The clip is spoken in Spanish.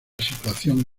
situación